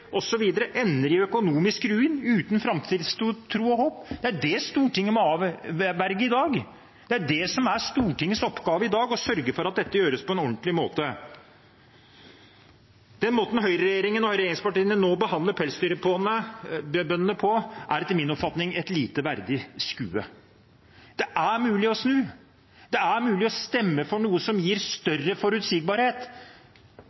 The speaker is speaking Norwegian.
osv. ender i økonomisk ruin uten framtidstro og håp. Det er det som Stortinget må avverge i dag. Det er det som er Stortingets oppgave i dag – å sørge for at dette gjøres på en ordentlig måte. Den måten høyreregjeringen og regjeringspartiene nå behandler pelsdyrbøndene på, er etter min oppfatning et lite verdig skue. Det er mulig å snu, det er mulig å stemme for noe som gir